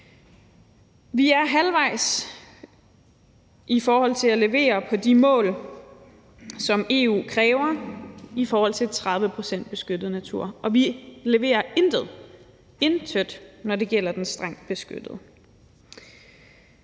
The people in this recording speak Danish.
Vi er halvvejs i forhold til at levere på de mål, som EU kræver i forhold til 30 pct. beskyttet natur, og vi leverer intet – intet – når det gælder den strengt beskyttede